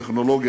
טכנולוגיה,